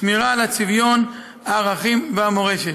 שמירה על הצביון, הערכים והמורשת.